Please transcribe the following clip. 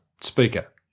speaker